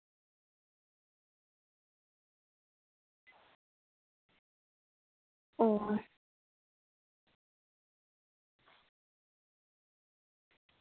ᱚ